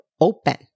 open